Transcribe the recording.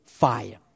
fire